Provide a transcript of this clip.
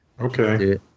Okay